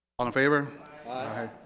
all in favor aye.